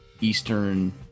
eastern